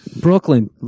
Brooklyn